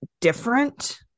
different